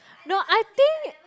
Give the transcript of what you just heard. no I think